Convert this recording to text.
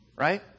right